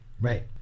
Right